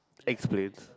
X waves